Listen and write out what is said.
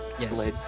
Yes